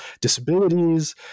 disabilities